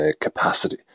capacity